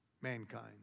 mankind